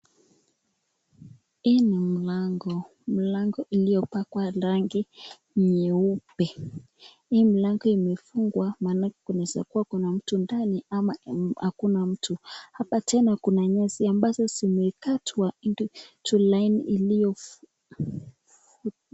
Hili ni mlango, mlango uliyopakwa rangi nyeupe. Hii mlango imefungwa maanake kunaweza kuwa kuna mtu ndani ama hakuna mtu. Hapa tena kuna nyasi ambazo zimekatwa into line iliyofu.